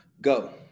Go